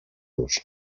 los